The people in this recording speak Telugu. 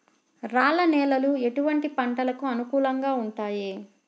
రాళ్ల నేలలు ఎటువంటి పంటలకు అనుకూలంగా ఉంటాయి?